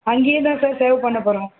அங்கேயே தான் sir serve பண்ண போகிறோம்